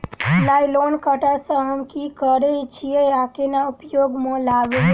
Nylon cutter सँ हम की करै छीयै आ केना उपयोग म लाबबै?